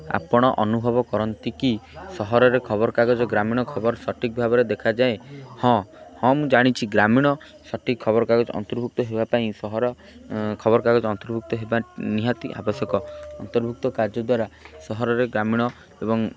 ଆପଣ ଅନୁଭବ କରନ୍ତି କି ସହରରେ ଖବରକାଗଜ ଗ୍ରାମୀଣ ଖବର ସଠିକ୍ ଭାବରେ ଦେଖାଯାଏ ହଁ ହଁ ମୁଁ ଜାଣିଛି ଗ୍ରାମୀଣ ସଠିକ୍ ଖବରକାଗଜ ଅନ୍ତର୍ଭୁକ୍ତ ହେବା ପାଇଁ ସହର ଖବରକାଗଜ ଅନ୍ତର୍ଭୁକ୍ତ ହେବା ନିହାତି ଆବଶ୍ୟକ ଅନ୍ତର୍ଭୁକ୍ତ କାର୍ଯ୍ୟ ଦ୍ୱାରା ସହରରେ ଗ୍ରାମୀଣ ଏବଂ